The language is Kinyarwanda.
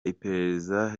iperereza